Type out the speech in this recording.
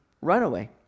runaway